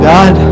God